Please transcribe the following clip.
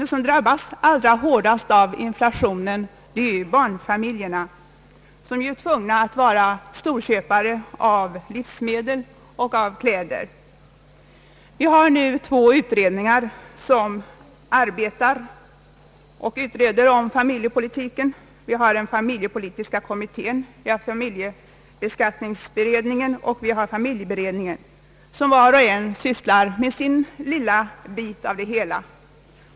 De som allra hårdast drabbas av inflationen är barnfamiljerna, som är tvungna att vara storköpare av livsmedel och kläder. Vi har nu tre utredningar som sysslar med frågor om familjepolitiken, nämligen familjepolitiska kommittén, familjeskatteberedningen och familjeberedningen. Var och en av dessa utredningar sysslar med sin lilla bit av det hela.